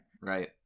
Right